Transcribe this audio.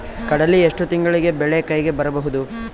ಕಡಲಿ ಎಷ್ಟು ತಿಂಗಳಿಗೆ ಬೆಳೆ ಕೈಗೆ ಬರಬಹುದು?